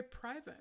private